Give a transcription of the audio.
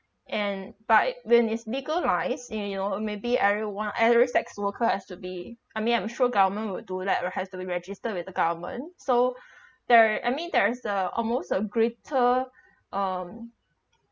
and but it when is legalise and you know maybe everyone every sex worker has to be I mean I'm sure government would do like or has to be registered with the government so there I mean there's uh almost a greater um